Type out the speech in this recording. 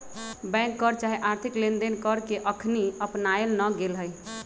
bank कर चाहे आर्थिक लेनदेन कर के अखनी अपनायल न गेल हइ